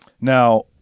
Now